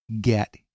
get